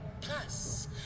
plus